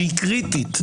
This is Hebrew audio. שהיא קריטית,